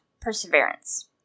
perseverance